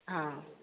ꯑꯥ